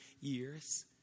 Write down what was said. years